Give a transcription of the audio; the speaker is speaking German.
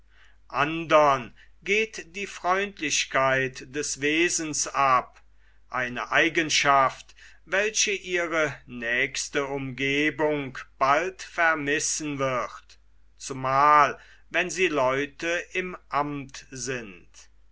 andern geht die freundlichkeit des wesens ab eine eigenschaft welche ihre nächste umgebung bald vermissen wird zumal wenn sie leute im amt sind